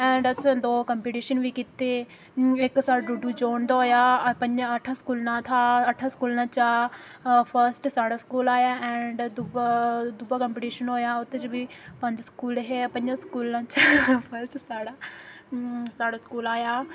and असें दो competition बी कीते इक साढ़ा डुडू जोन दा होएआ पंजे अठ्ठ स्कूलें था अठ्ठे स्कूलें चा फस्ट साढ़ा स्कूल आया ऐंड दूआ दूआ कम्पीटिशन होएआ ओह्दे च बी पंज स्कूल हे पंजें स्कूलें चा फस्ट साढ़ा साढ़ा स्कूल आया